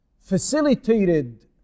facilitated